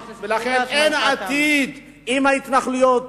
לכן, אין עתיד עם ההתנחלויות.